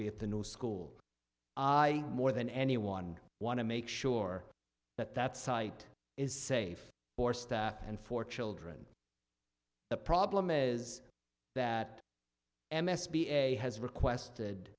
be at the new school i more than anyone want to make sure that that site is safe for staff and for children the problem is that m s p a has requested